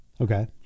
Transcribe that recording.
Okay